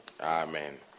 Amen